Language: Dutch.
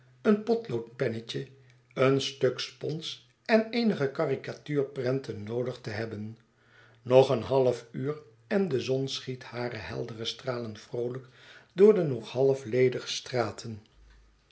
een potloodpennetje een stuk spons en eenige caricatuurprenten noodig te hebben nog een half uur en de zon schiet hareheldere stralen vroolijk door de nog half ledige straten